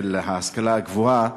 של ההשכלה הגבוהה.